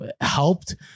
helped